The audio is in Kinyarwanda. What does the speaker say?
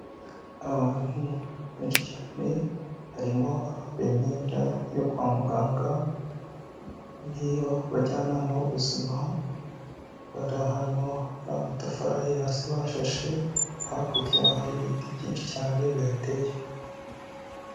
Abantu benshi cyane, harimo abambaye imyenda yo kwa muganga, niy'abajyanama b'ubuzima, bari ahantu hari amatafari ahiye hasi bashashe, hakurya hari ibiti byinshi cyane bihateye.